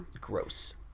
gross